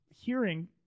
hearing